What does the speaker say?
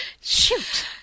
Shoot